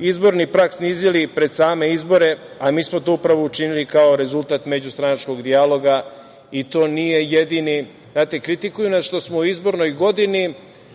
izborni prag snizili pred same izbore, a mi smo to upravo učinili kao rezultat međustranačkog dijaloga i to nije jedini. Znate, kritikuju nas što smo u izbornoj godini